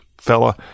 fella